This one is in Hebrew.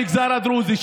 תקציב למגזר הדרוזי,